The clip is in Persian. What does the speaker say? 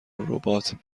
ربات